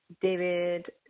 David